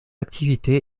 activité